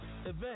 event